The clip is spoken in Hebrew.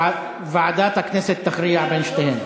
ועדת הכנסת תכריע בין שתיהן.